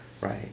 right